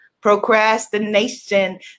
Procrastination